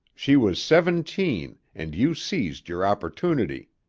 she was seventeen and you seized your opportunity.